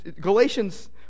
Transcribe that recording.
galatians